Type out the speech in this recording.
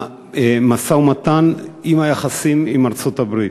למשא-ומתן, עם היחסים עם ארצות-הברית,